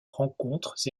rencontres